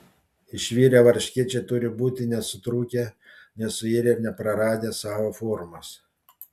išvirę varškėčiai turi būti nesutrūkę nesuirę ir nepraradę savo formos